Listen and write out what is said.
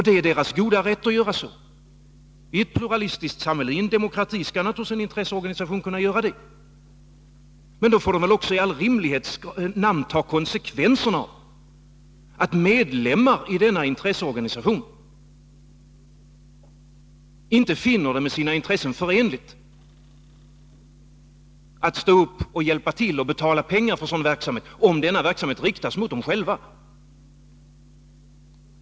Det är organisationens goda rätt att göra så. I ett pluralistiskt samhälle, i en demokrati, skall naturligtvis en intresseorganisation kunna göra det. Men då får den också i all rimlighets namn ta konsekvenserna av att medlemmar i denna intresseorganisation inte finner det med sina intressen förenligt att hjälpa till att betala pengar för sådan verksamhet som riktas mot dem själva.